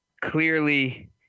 clearly –